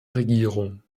regierung